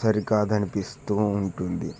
సరి కాదనిపిస్తు ఉంటుంది